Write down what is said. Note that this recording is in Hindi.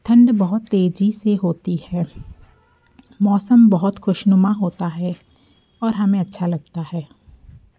ठंड बहुत तेजी से होती है मौसम बहुत खुशनुमा होता है और हमें अच्छा लगता है